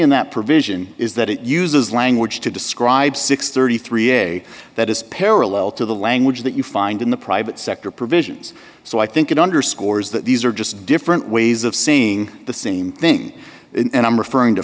in that provision is that it uses language to describe six hundred and thirty three a day that is parallel to the language that you find in the private sector provisions so i think it underscores that these are just different ways of saying the same thing and i'm referring to